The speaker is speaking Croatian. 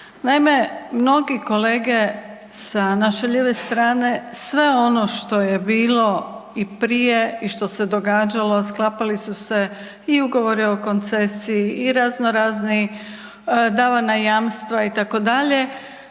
Naime, mnogi kolege sa naše lijeve strane sve ono što je bilo i prije, i što se događalo, sklapali su se i ugovori o koncesiji, i razno razni, davana jamstva i